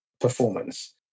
performance